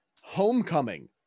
homecoming